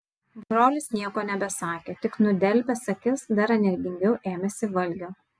brolis nieko nebesakė tik nudelbęs akis dar energingiau ėmėsi valgio